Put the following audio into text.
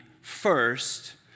first